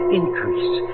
increase